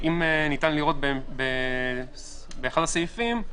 אם ניתן לראות באחד הסעיפים,